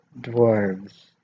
dwarves